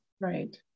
Right